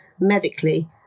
medically